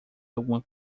alguma